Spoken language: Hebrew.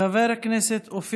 חבר הכנסת יצחק